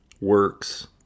works